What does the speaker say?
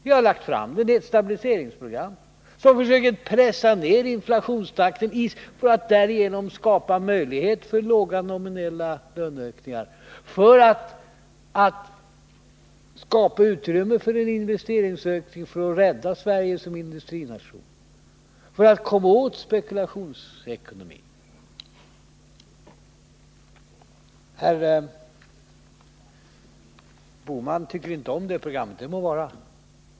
Vi har lagt fram den i ett stabiliseringsprogram, som försöker pressa ner inflationstakten för att därigenom skapa möjlighet för låga nominella löneökningar, för att skapa utrymme för en investeringsökning, för att rädda Sverige som industrination, för att komma åt spekulationsekonomin. Herr Bohman tycker inte om det programmet. Det må vara.